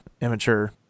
immature